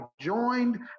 joined